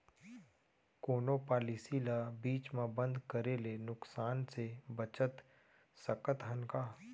कोनो पॉलिसी ला बीच मा बंद करे ले नुकसान से बचत सकत हन का?